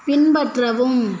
பின்பற்றவும்